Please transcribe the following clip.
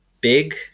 big